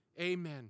Amen